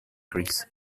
greece